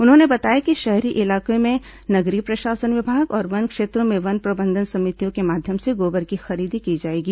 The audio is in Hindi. उन्होंने बताया कि शहरी इलाकों में नगरीय प्रशासन विभाग और वन क्षेत्रों में वन प्रबंधन समितियों के माध्यम से गोबर की खरीदी की जाएगी